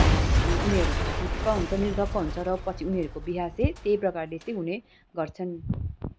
उनीहरू ढुक्क हुन्छ निर्धक्क हुन्छ र पछि उनीहरूको बिहे चाहिँ त्यही प्रकारले चाहिँ हुने गर्छन्